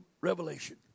Revelation